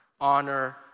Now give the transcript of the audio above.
honor